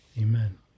amen